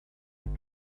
and